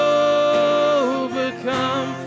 overcome